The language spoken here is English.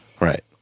Right